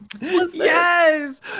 Yes